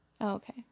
Okay